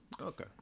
Okay